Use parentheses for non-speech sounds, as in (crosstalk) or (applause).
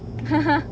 (laughs)